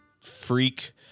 freak